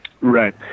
Right